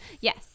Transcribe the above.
yes